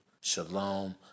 Shalom